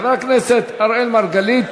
חבר הכנסת אראל מרגלית,